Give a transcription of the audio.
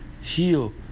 heal